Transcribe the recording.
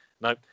No